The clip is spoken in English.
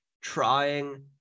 trying